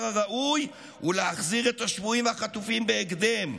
הראוי ולהחזיר את השבויים החטופים בהקדם,